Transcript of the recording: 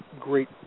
great